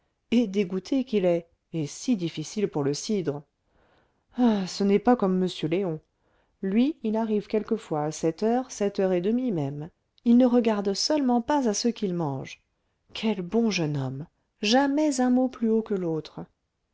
et dégoûté qu'il est et si difficile pour le cidre ce n'est pas comme m léon lui il arrive quelquefois à sept heures sept heures et demie même il ne regarde seulement pas à ce qu'il mange quel bon jeune homme jamais un mot plus haut que l'autre